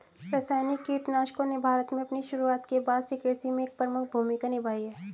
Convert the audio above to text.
रासायनिक कीटनाशकों ने भारत में अपनी शुरुआत के बाद से कृषि में एक प्रमुख भूमिका निभाई है